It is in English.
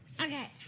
Okay